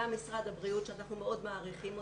גם משרד הבריאות שאנחנו מאוד מעריכים אותם,